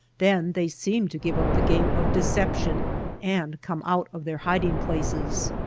then they seem to give up the game of decep tion and come out of their hiding-places.